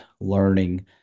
learning